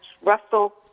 Russell